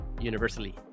universally